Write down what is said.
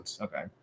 okay